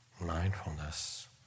mindfulness